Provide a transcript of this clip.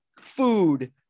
Food